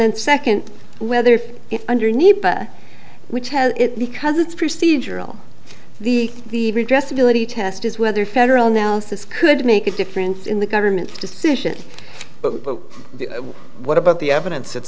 then second whether underneath which has it because it's procedural the redress ability test is whether federal now says could make a difference in the government's decision but what about the evidence that